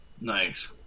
Nice